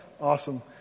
Awesome